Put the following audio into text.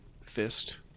fist